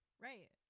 right